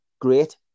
great